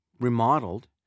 remodeled